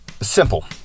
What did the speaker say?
Simple